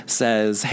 says